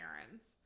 parents